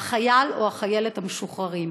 החייל או החיילת המשוחררים.